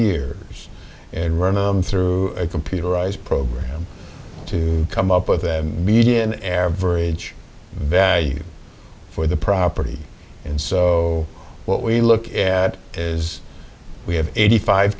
years and run them through a computerized program to come up with a median average value for the property and so what we look at is we have eighty five